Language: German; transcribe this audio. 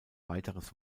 weiteres